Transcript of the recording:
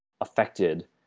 affected